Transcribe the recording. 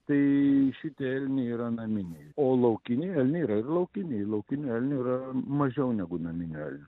tai šitie elniai yra naminiai o laukiniai elniai yra ir laukiniai laukinių elnių yra mažiau negu naminių elnių